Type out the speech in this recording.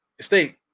state